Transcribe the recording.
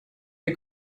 der